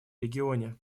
регионе